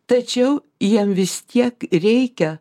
tačiau jiem vis tiek reikia